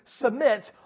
Submit